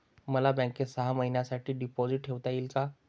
मला बँकेत सहा महिन्यांसाठी डिपॉझिट ठेवता येईल का?